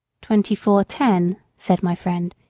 twenty-four ten, said my friend,